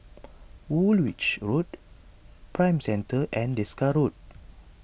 Woolwich Road Prime Centre and Desker Road